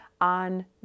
on